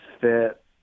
fit